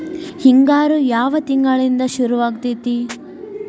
ಹಿಂಗಾರು ಯಾವ ತಿಂಗಳಿನಿಂದ ಶುರುವಾಗತೈತಿ?